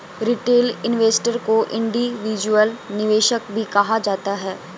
retail investor को individual निवेशक भी कहा जाता है